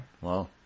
Wow